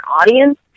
audience